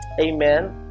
amen